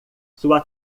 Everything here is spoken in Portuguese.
sua